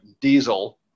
diesel